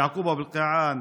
יעקוב אבו אלקיעאן,